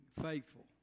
faithful